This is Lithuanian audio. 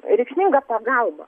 reikšminga pagalba